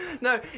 No